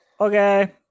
okay